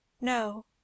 No